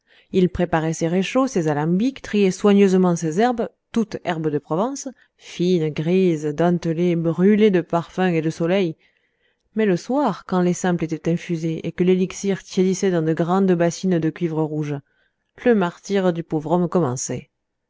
il préparait ses réchauds ses alambics triait soigneusement ses herbes toutes herbes de provence fines grises dentelées brûlées de parfums et de soleil mais le soir quand les simples étaient infusés et que l'élixir tiédissait dans de grandes bassines de cuivre rouge le martyre du pauvre homme commençait